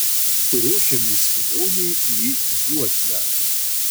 ruošiamės kelionei į juodlę